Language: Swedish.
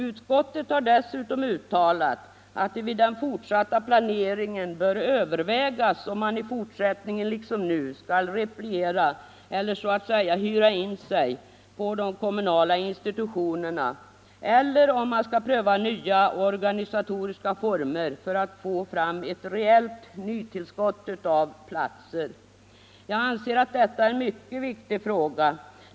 Utskottet har dessutom uttalat att det vid planeringen bör övervägas om man i fortsättningen liksom nu skall repliera, eller så att säga hyra in sig, på de kommunala institutionerna eller om man skall pröva nya organisatoriska former för att få fram ett reellt nytillskott av platser. Jag anser att detta är en mycket viktig fråga.